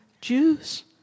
Jews